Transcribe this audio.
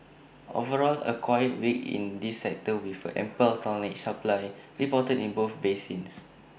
overall A quiet week in this sector with ample tonnage supply reported in both basins